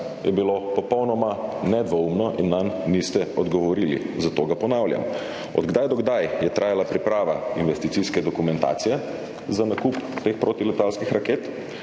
je bilo popolnoma nedvoumno in nanj niste odgovorili, zato ga ponavljam: Od kdaj do kdaj je trajala priprava investicijske dokumentacije za nakup teh protiletalskih raket?